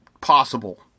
possible